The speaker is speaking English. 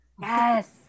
Yes